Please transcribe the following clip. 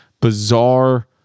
bizarre